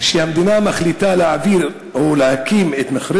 המדינה מחליטה להעביר או להקים את מכרה